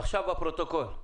עכשיו בפרוטוקול.